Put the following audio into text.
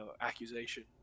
accusation